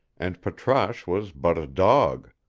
and patrasche was but a dog.